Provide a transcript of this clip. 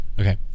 Okay